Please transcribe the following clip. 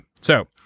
So-